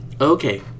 Okay